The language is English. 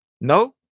No